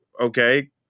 Okay